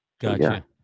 gotcha